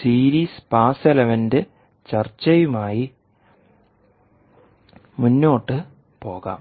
series pass element ചർച്ചയുമായി മുന്നോട്ട് പോകാം